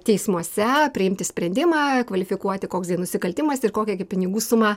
teismuose priimti sprendimą kvalifikuoti koks tai nusikaltimas ir kokią gi pinigų sumą